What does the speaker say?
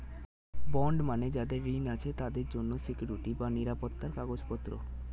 bond মানে যাদের ঋণ আছে তাদের জন্য সিকুইরিটি বা নিরাপত্তার কাগজপত্র